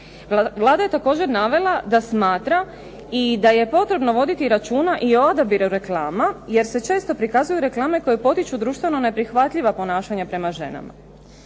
Vlada je također navela da smatra i da je potrebno voditi računa i o odabiru reklama, jer se često prikazuju reklame koje potiču društveno neprihvatljiva ponašanja prema ženama.